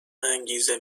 انگیزه